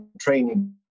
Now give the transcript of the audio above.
training